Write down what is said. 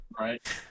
Right